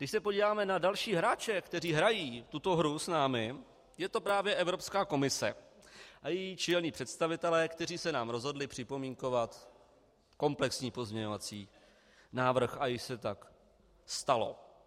Když se podíváme na další hráče, kteří s námi hrají tuto hru, je to právě Evropská komise a její čelní představitelé, kteří se nám rozhodli připomínkovat komplexní pozměňovací návrh, a již se tak stalo.